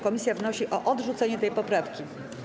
Komisja wnosi o odrzucenie tej poprawki.